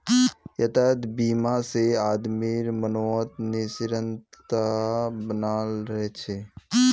यातायात बीमा से आदमीर मनोत् निश्चिंतता बनाल रह छे